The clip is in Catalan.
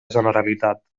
generalitat